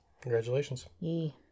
Congratulations